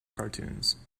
cartoons